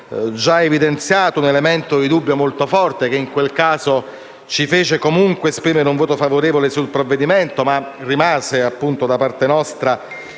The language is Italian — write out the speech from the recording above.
già evidenziato un elemento di dubbio molto forte che in quel caso ci fece comunque esprimere un voto favorevole sul provvedimento, ma rimase da parte nostra